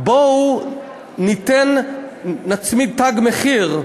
בואו ונצמיד תג מחיר,